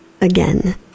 again